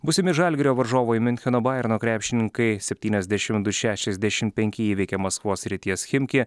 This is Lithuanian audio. būsimi žalgirio varžovai miuncheno bayerno krepšininkai septyniasdešimt du šešiasdešimt penki įveikė maskvos srities chimki